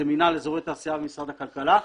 זה מינהל אזורי תעשייה במשרד הכלכלה,